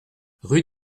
rue